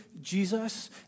Jesus